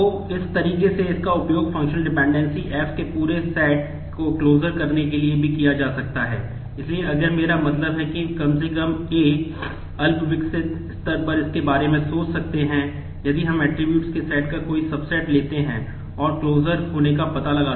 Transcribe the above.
तो इस तरीके से इसका उपयोग फंक्शनल डिपेंडेंसी मौजूद होंगी